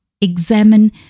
examine